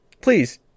please